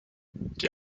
die